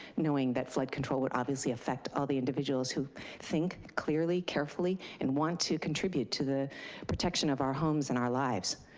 knowing that flood control will obviously affect all the individuals who think clearly, carefully and want to contribute to the protection of our homes and our lives.